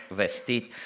vestit